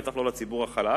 בטח לא של הציבור החלש,